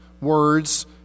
words